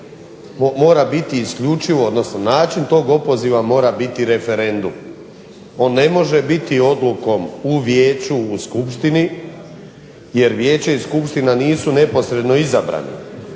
način tog opoziva mora biti referendum. On ne može biti odlukom u vijeću, u skupštini, jer vijeće i skupština nisu neposredno izabrani,